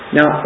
Now